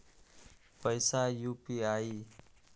पैसा यू.पी.आई?